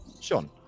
Sean